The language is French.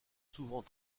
souvent